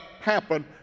happen